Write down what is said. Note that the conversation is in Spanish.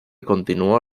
continuó